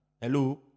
Hello